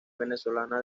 venezolana